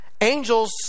Angels